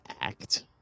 act